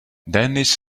dennis